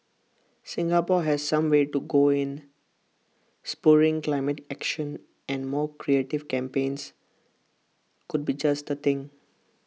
Singapore has some way to go in spurring climate action and more creative campaigns could be just the thing